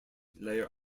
layer